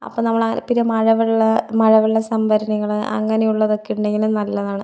അപ്പം നമ്മൾ പിന്നെ മഴ വെള്ള മഴ വെള്ള സംഭരണികൾ അങ്ങനെയുള്ളതൊക്കെയുണ്ടെങ്കിലും നല്ലതാണ്